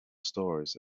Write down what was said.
stories